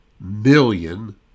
million